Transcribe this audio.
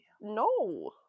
no